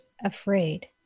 afraid